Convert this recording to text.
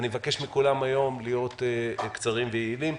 אני מבקש מכולם להיות קצרים ויעילים.